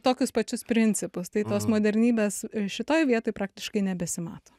tokius pačius principus tai tos modernybės šitoj vietoj praktiškai nebesimato